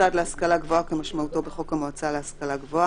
"מוסד להשכלה גבוהה" כמשמעותו בחוק המועצה להשכלה גבוהה,